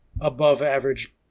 above-average